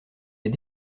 est